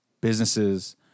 businesses